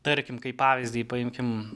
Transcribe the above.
tarkim kaip pavyzdį paimkim